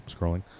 scrolling